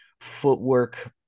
footwork